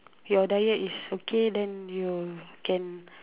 your diet is okay then you can